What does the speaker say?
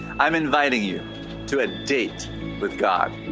i'm inviting you to a date with god.